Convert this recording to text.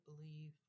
believe